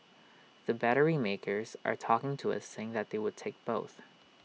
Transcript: the battery makers are talking to us saying that they would take both